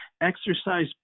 exercise